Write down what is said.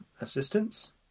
assistance